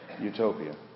utopia